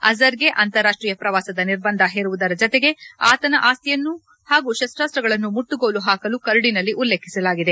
ಅಜರ್ಗೆ ಅಂತಾರಾಷ್ಟೀಯ ಪ್ರವಾಸದ ನಿರ್ಬಂಧ ಹೇರುವುದರ ಜತೆಗೆ ಆತನ ಆಸ್ತಿಯನ್ನು ಹಾಗೂ ಶಸ್ತಾಸ್ರಗಳನ್ನು ಮುಟ್ಟಗೋಲು ಹಾಕಲು ಕರಡಿನಲ್ಲಿ ಉಲ್ಲೇಖಿಸಲಾಗಿದೆ